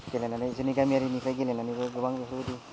गेलेनानै जोंनि गामियारिफोरनिफ्राय गेलेनानैबो गोबां बेफोरबायदि